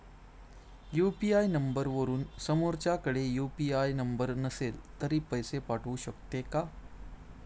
UPI नंबरवरून समोरच्याकडे UPI number नसेल तरी पैसे पाठवू शकते का?